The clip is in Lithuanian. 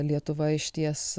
lietuva išties